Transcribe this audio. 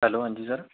hello ਹਾਂਜੀ sir